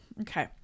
okay